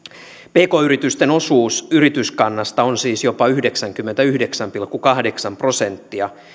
pk yritysten osuus yrityskannasta on siis jopa yhdeksänkymmentäyhdeksän pilkku kahdeksan prosenttia